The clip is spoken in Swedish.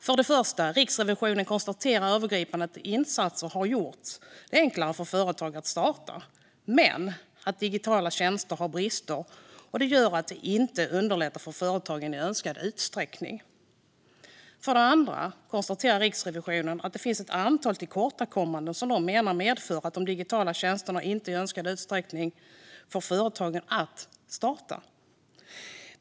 För det första konstaterar Riksrevisionen övergripande att insatser har gjort det enklare för företagare att starta företag, men digitala tjänster har brister vilket gör att de inte underlättar för företagen i önskad utsträckning. För det andra konstaterar Riksrevisionen att det finns ett antal tillkortakommanden som, menar man, medför att de digitala tjänsterna inte får människor att starta företag i önskad utsträckning.